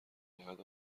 دهد